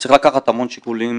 צריך לקחת המון שיקולים